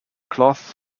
cloth